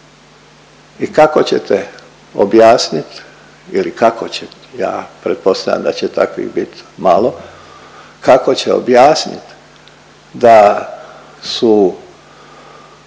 i kako ćete objasniti ili kako će ja pretpostavlja da će takvih biti malo, kako će objasnit da su